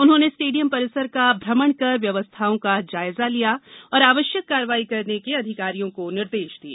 उन्होंने स्टेडियम परिसर का भ्रमण कर व्यवस्थाओं का जायजा लिया तथा आवश्यक कार्यवाही करने के अधिकारियों को निर्देश दिए